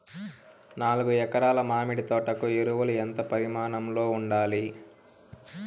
నాలుగు ఎకరా ల మామిడి తోట కు ఎరువులు ఎంత పరిమాణం లో ఉండాలి?